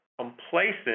complacent